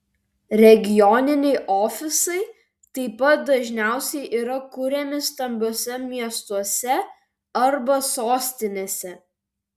regioniniai ofisai taip pat dažniausiai yra kuriami stambiuose miestuose arba sostinėse